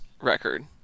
record